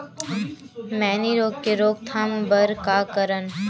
मैनी रोग के रोक थाम बर का करन?